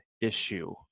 issue